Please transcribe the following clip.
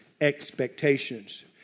expectations